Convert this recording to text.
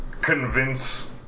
convince